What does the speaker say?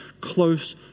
close